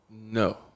No